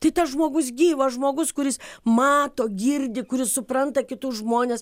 tai tas žmogus gyvas žmogus kuris mato girdi kuris supranta kitus žmones